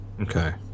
okay